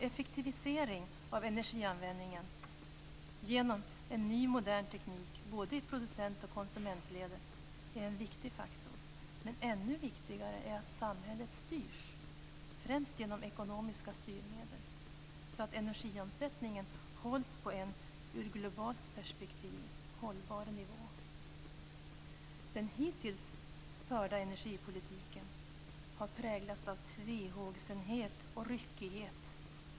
Effektivisering av energianvändning genom en ny modern teknik både i producent och konsumentledet är en viktig faktor. Men ännu viktigare är att samhället styrs, främst genom ekonomiska styrmedel, så att energiomsättningen hålls på en ur globalt perspektiv hållbar nivå. Den hittills förda energipolitiken har präglats av tvehågsenhet och ryckighet.